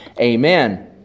amen